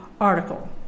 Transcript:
article